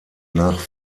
nach